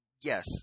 Yes